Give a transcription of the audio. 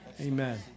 Amen